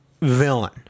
villain